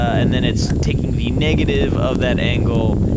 and then it's taking the negative of that angle,